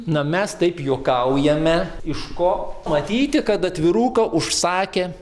na mes taip juokaujame iš ko matyti kad atviruką užsakė